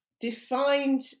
defined